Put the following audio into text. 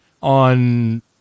on